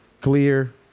Clear